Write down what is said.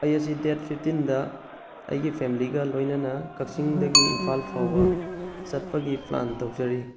ꯑꯩ ꯑꯁꯤ ꯗꯦꯠ ꯐꯤꯞꯇꯤꯟꯗ ꯑꯩꯒꯤ ꯐꯦꯃꯤꯂꯤꯒ ꯂꯣꯏꯅꯅ ꯀꯛꯆꯤꯡꯗꯒꯤ ꯏꯝꯐꯥꯜ ꯐꯥꯎꯕ ꯆꯠꯄꯒꯤ ꯄ꯭ꯂꯥꯟ ꯇꯧꯖꯔꯤ